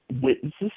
witnesses